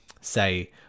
say